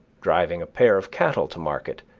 driving a pair of cattle to market,